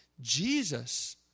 Jesus